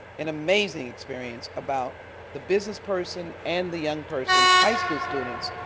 an amazing experience, about the business person and the young person, high school students,